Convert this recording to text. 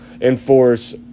enforce